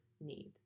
need